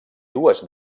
dues